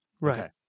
Right